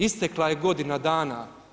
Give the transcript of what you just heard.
Istekla je godina dana.